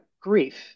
grief